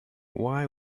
why